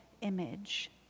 image